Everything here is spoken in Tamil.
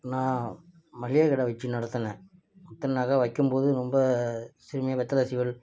நான் மளிகை கடை வச்சு நடத்துனேன் வைக்கும் போது ரொம்ப வெற்றிலை சீவல்